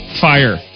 Fire